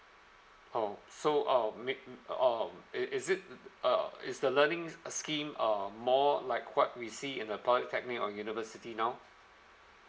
oh so um make um it is it uh it's the learning scheme are more like quite we see in the polytechnic on university now